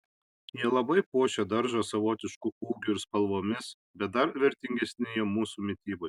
jie labai puošia daržą savotišku ūgiu ir spalvomis bet dar vertingesni jie mūsų mitybai